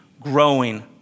growing